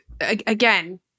again